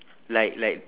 like like